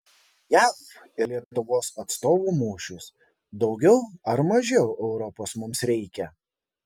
jav ir lietuvos atstovų mūšis daugiau ar mažiau europos mums reikia